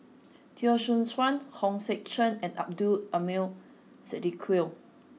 Teo Soon Chuan Hong Sek Chern and Abdul Aleem Siddique